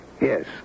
Yes